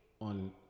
on